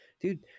Dude